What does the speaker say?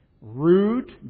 rude